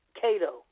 Cato